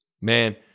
man